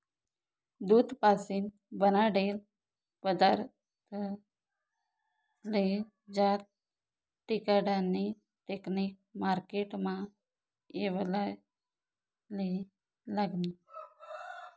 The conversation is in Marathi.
दूध पाशीन बनाडेल पदारथस्ले जास्त टिकाडानी टेकनिक मार्केटमा येवाले लागनी